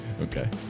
Okay